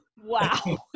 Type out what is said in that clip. Wow